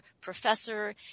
professor